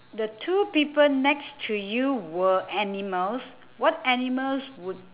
the two people next to you were animals what animals would